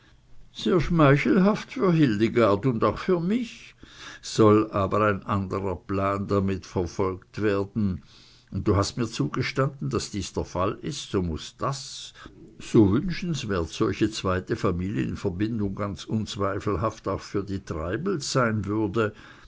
sehr schmeichelhaft für hildegard und auch für mich soll aber ein andrer plan damit verfolgt werden und du hast mir zugestanden daß dies der fall ist so muß das so wünschenswert solche zweite familienverbindung ganz unzweifelhaft auch für die treibels sein würde